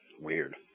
Weird